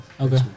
Okay